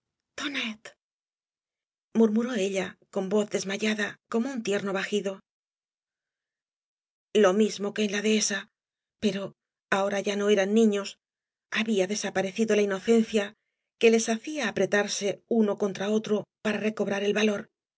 tonet tonet murmuró ella con voz desmayada como un tierno vagido lo mismo que en la dehesa pero ahora ya no eran niños había desaparecido la inocencia que les hacia apretarse uno contra otro para recobrar el valor